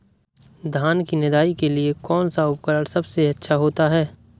धान की निदाई के लिए कौन सा उपकरण सबसे अच्छा होता है?